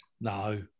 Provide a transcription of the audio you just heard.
No